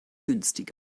günstiger